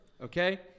okay